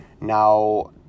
Now